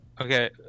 Okay